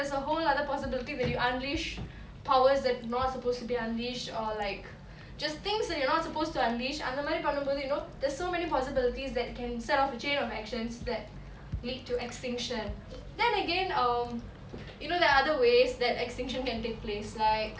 there's a whole other possibility that you unleash powers if not supposed to be unleashed or like just things that you're not supposed to unleash அந்தமாரி பன்னும்போது:anthamari pannumpothu you know there's so many possibilities that can set off the chain of actions that lead to extinction then again um you know there are other ways that extinction can take place like